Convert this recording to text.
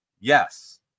Yes